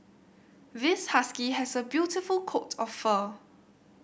this husky has a beautiful coat of fur